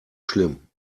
schlimm